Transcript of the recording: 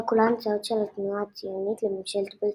שהיו כולן הצעות של התנועה הציונית לממשלת בריטניה.